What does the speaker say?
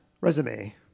resume